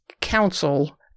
Council